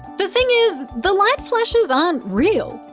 the thing is, the light flashes aren't real.